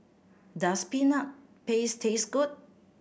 does Peanut Paste taste good